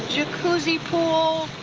jacuzzi, pool.